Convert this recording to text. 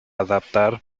adaptar